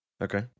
Okay